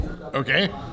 okay